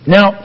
Now